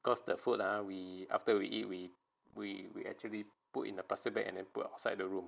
because the food ah we after we eat we we we actually put in a plastic bag and then put outside the room